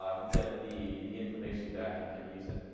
ah you get the the information back and can use it.